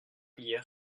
hier